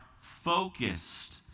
focused